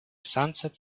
sunset